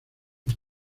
los